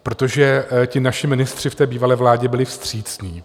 Protože naši ministři v bývalé vládě byli vstřícní.